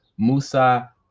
Musa